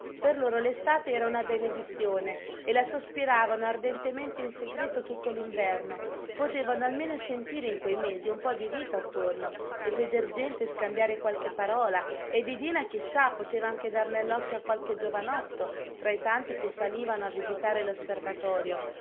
per loro l'estate era una benedizione e la sospiravano ardentemente in segreto tutto l'inverno potevano almeno sentire in quei mesi un po di vita attorno e veder gente e scambiare qualche parola e didina chi sa poteva anche dar nell'occhio a qualche giovanotto tra i tanti che salivano a visitare l'osservatorio